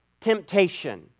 temptation